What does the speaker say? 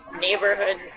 neighborhood